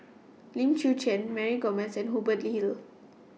Lim Chwee Chian Mary Gomes Hubert Hill